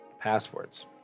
passwords